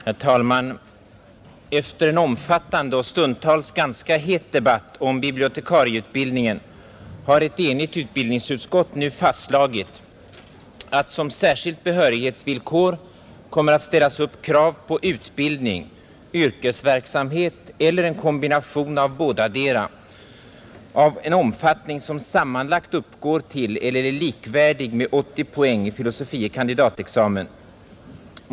Herr talman! Efter en omfattande och stundtals ganska het debatt om bibliotekarieutbildningen har ett enigt utbildningsutskott nu fastslagit att ”som särskilt behörighetsvillkor kommer att ställas upp krav på utbildning, yrkesverksamhet eller en kombination av bådadera av viss minsta omfattning som sammanlagt uppgår till eller är likvärdig med 80 poäng i filosofie kandidatexamen”.